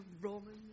Roman